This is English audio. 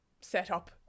setup